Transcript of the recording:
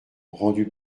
rendu